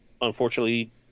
Unfortunately